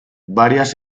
varias